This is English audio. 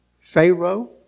Pharaoh